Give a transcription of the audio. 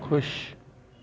खु़शि